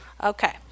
Okay